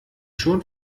schon